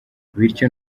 bityo